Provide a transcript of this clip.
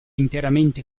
interamente